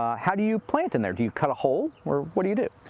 ah how do you plant in there? do you cut a hole or what do you do?